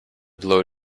blow